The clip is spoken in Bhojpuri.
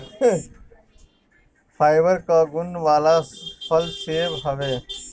फाइबर कअ गुण वाला फल सेव हवे